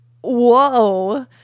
whoa